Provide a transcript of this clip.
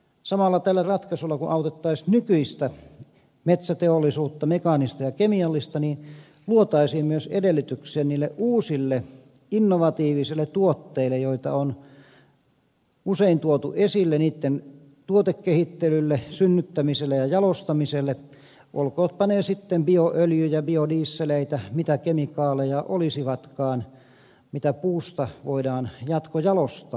samalla tällä ratkaisulla kun autettaisiin nykyistä metsäteollisuutta mekaanista ja kemiallista luotaisiin myös edellytyksiä niille uusille innovatiivisille tuotteille joita on usein tuotu esille niitten tuotekehittelylle synnyttämiselle ja jalostamiselle olkootpa ne sitten bioöljyjä biodieseleitä mitä kemikaaleja olisivatkaan mitä puusta voidaan jatkojalostaa